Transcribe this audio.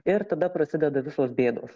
ir tada prasideda visos bėdos